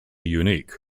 unique